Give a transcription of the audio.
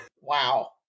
Wow